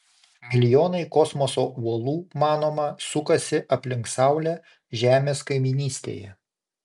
milijonai kosmoso uolų manoma sukasi aplink saulę žemės kaimynystėje